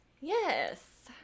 Yes